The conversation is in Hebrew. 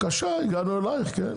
הגענו אליך.